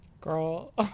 Girl